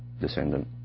descendant